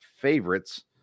favorites